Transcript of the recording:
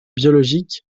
biologique